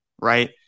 right